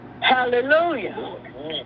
Hallelujah